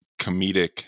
comedic